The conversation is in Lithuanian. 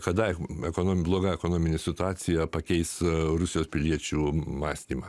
kada ekono bloga ekonominė situacija pakeis rusijos piliečių mąstymą